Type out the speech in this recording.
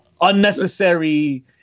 unnecessary